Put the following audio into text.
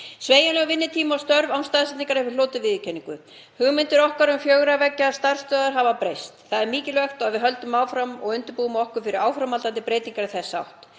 Sveigjanlegur vinnutími og störf án staðsetningar hafa hlotið viðurkenningu. Hugmyndir okkar um fjögurra veggja starfsstöðvar hafa breyst. Það er mikilvægt að við höldum áfram og undirbúum okkur fyrir áframhaldandi breytingar í þessa átt.